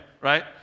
right